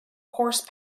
horse